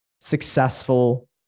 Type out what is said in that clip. successful